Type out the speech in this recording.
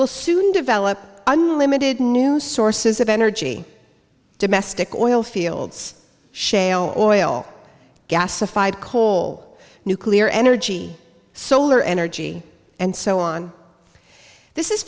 will soon develop unlimited new sources of energy domestic oil fields shale oil gasified coal nuclear energy solar energy and so on this is